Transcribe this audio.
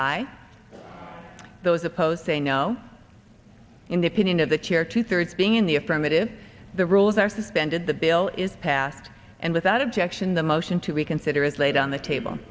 aye those opposed say now in the opinion of the chair two thirds being in the affirmative the rules are suspended the bill is passed and without objection the motion to reconsider is laid on the table